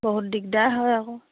বহুত দিগদাৰ হয় আকৌ